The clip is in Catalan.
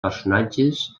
personatges